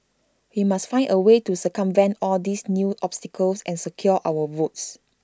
we must find A way to circumvent all these new obstacles and secure our votes